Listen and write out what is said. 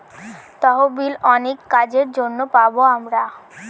তহবিল অনেক কাজের জন্য পাবো আমরা